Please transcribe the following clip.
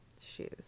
shoes